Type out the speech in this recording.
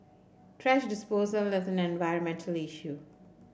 thrash disposal environmental issue